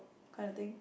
kind of thing